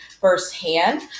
firsthand